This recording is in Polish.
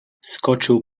skoczył